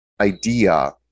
idea